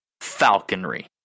falconry